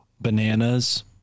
bananas